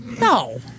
No